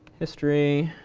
history.